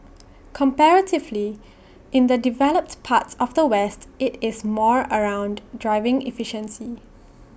comparatively in the developed parts of the west IT is more around driving efficiency